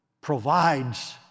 provides